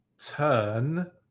turn